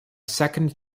second